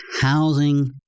housing